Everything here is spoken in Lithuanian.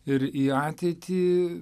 ir į ateitį